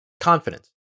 Confidence